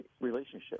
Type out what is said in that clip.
relationship